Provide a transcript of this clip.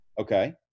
okay